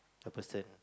the person